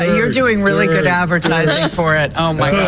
ah you're doing really good advertising for it. oh my